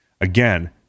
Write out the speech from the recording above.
Again